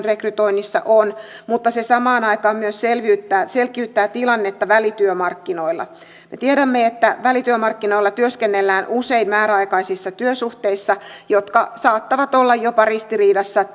rekrytoinnissa on mutta se samaan aikaan myös selkiyttää selkiyttää tilannetta välityömarkkinoilla me tiedämme että välityömarkkinoilla työskennellään usein määräaikaisissa työsuhteissa jotka saattavat olla jopa ristiriidassa